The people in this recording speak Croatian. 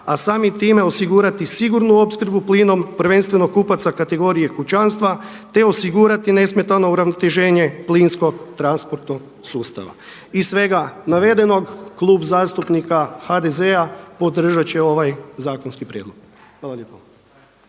a samim time osigurati sigurnu opskrbu plinom prvenstveno kupaca kategorije kućanstva, te osigurati nesmetano uravnoteženje plinskog transportnog sustava. Iz svega navedenog Klub zastupnika HDZ-a podržat će ovaj zakonski prijedlog. Hvala lijepo.